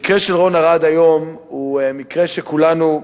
המקרה של רון ארד היום הוא מקרה שכולנו,